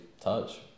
touch